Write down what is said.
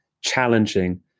challenging